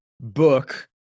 book